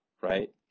right